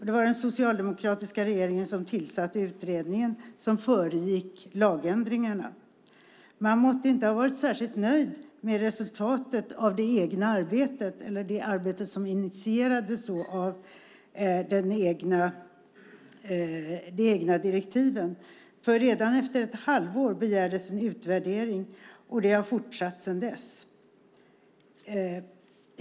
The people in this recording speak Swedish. Det var den socialdemokratiska regeringen som tillsatte utredningen som föregick lagändringarna. Man måtte inte ha varit särskilt nöjd med resultatet av det arbete som initierades av de egna direktiven, för redan efter ett halvår begärdes en utvärdering, och det har fortsatt sedan dess.